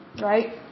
right